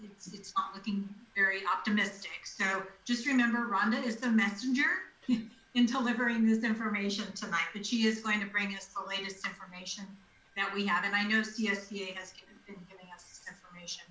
it's it's not looking very optimistic. so just remember, rhonda is the messenger in delivering this information tonight, but she is going to bring us the latest information that we have, and i know csea has been giving us this information,